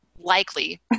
likely